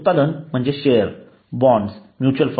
उत्पादन म्हणजे share bond mutual fund